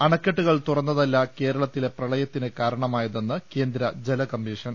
അണക്കെട്ടുകൾ തുറന്നതല്ല് കേരളത്തിലെ പ്രളയത്തിന് കാര ണമായതെന്ന് കേന്ദ്ര ജല കമ്മീഷൻ